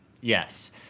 Yes